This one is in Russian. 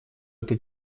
эту